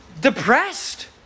depressed